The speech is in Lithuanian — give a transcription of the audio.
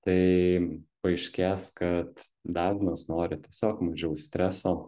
tai paaiškės kad dažnas nori tiesiog mažiau streso